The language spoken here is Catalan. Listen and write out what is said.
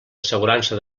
assegurança